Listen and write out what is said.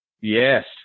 Yes